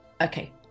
Okay